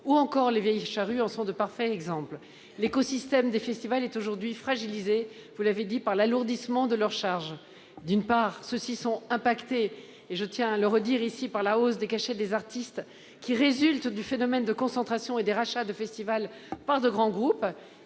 ou encore les Vieilles Charrues en sont de parfaits exemples. L'écosystème des festivals est aujourd'hui fragilisé, vous l'avez souligné, par l'alourdissement de leurs charges. D'une part, les festivals sont affectés, et je tiens à le redire ici, par la hausse des cachets des artistes qui résulte du phénomène de concentration et de rachats de festivals par de grands groupes.